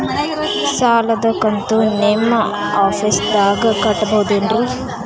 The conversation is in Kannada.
ಸಾಲದ ಕಂತು ನಿಮ್ಮ ಆಫೇಸ್ದಾಗ ಕಟ್ಟಬಹುದೇನ್ರಿ?